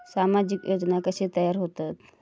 सामाजिक योजना कसे तयार होतत?